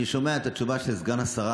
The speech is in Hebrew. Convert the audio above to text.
אני שומע את התשובה של סגן השרה,